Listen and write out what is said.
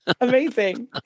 Amazing